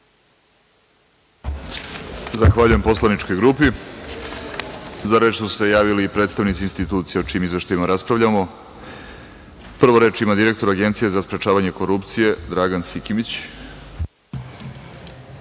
Zahvaljujem se.Za reč su se javili predstavnici institucija o čijim izveštajima raspravljamo. Reč ima direktor Agencije za sprečavanje korupcije, Dragan Sikimić.